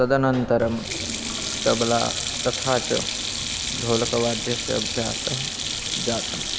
तदनन्तरं तबला तथा च ढोलकवाद्यस्य अभ्यासः जातम्